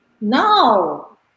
No